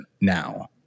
now